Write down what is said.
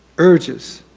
urges,